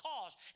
cause